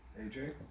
AJ